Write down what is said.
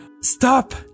Stop